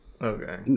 Okay